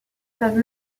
peuvent